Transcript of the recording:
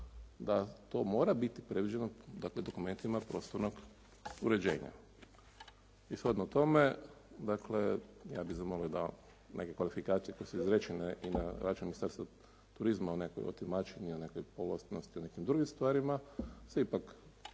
da to mora biti predviđeno dokumentima prostornog uređenja. I shodno tome dakle ja bih zamolio da neke kvalifikacije koje su izrečen i na račun Ministarstva turizma o tumačenju … /Govornik se ne razumije./ … nekim drugim stvarima se ipak